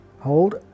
Hold